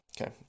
Okay